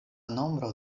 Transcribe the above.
nombro